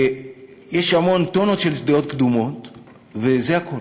יש טונות של דעות קדומות וזה הכול.